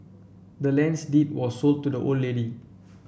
the land's deed were sold to the old lady